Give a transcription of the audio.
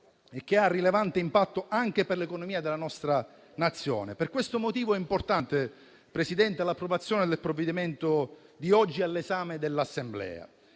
e che ha rilevante impatto anche per l'economia della nostra Nazione. Per questo motivo è importante, signor Presidente, l'approvazione del provvedimento oggi all'esame dell'Assemblea,